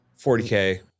40K